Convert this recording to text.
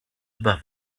above